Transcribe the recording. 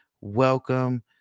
Welcome